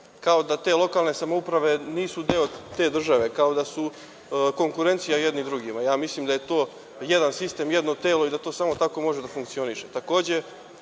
kao da te lokalne samouprave nisu deo te države, kao da su konkurencija jedni drugima. Mislim da je to jedan sistem, jedno telo i da to samo tako može da funkcioniše. Takođe,